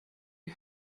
you